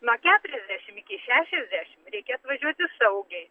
nuo keturiasdešim iki šešiasdešim reikia atvažiuoti saugiai